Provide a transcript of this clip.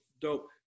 dope